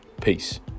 Peace